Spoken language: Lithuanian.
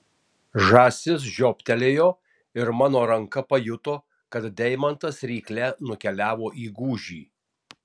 žąsis žioptelėjo ir mano ranka pajuto kad deimantas rykle nukeliavo į gūžį